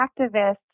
activists